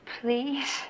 please